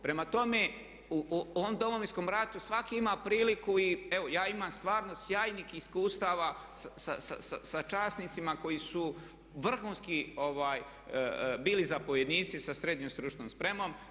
Prema tome, u ovom Domovinskom ratu svako ima priliku i evo ja imam stvarno sjajnih iskustava sa časnicima koji su vrhunski bili zapovjednici sa srednjom stručnom spremom.